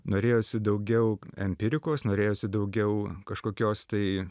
norėjosi daugiau empirikos norėjosi daugiau kažkokios tai